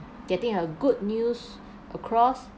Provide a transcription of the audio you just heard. getting a good news across